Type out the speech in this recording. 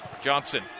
Johnson